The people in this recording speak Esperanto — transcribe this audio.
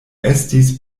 estis